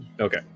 Okay